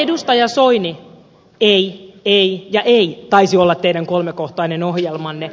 edustaja soini ei ei ja ei taisi olla teidän kolmekohtainen ohjelmanne